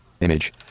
image